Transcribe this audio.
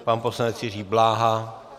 Pan poslanec Jiří Bláha?